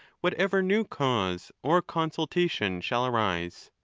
whatever new cause or consultation shall arise,